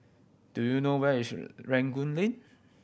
do you know where is Rangoon Lane